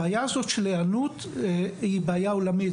הבעיה הזאת של היענות היא בעיה עולמית,